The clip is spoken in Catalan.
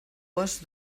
vos